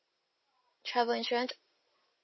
travel insurance